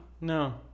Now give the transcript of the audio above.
No